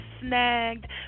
snagged